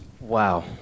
Wow